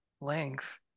length